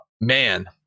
man